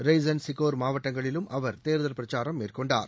ரெய்சன் சிகோர் மாவட்டங்களிலும் அவர் தேர்தல் பிரச்சாரம் மேற்கொண்டார்